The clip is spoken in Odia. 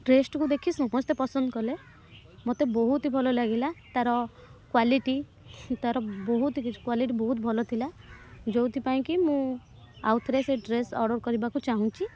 ଡ୍ରେସ୍ଟିକୁ ଦେଖି ସମସ୍ତେ ପସନ୍ଦ କଲେ ମୋତେ ବହୁତ ହିଁ ଭଲ ଲାଗିଲା ତାର କ୍ୱାଲିଟି ତାର ବହୁତ କିଛି କ୍ୱାଲିଟି ବହୁତ ଭଲ ଥିଲା ଯେଉଁଥିପାଇଁ କି ମୁଁ ଆଉ ଥରେ ସେ ଡ୍ରେସ୍ ଅର୍ଡ଼ର୍ କରିବାକୁ ଚାହୁଁଛି